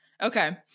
Okay